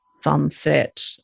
sunset